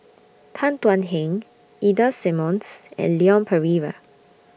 Tan Thuan Heng Ida Simmons and Leon Perera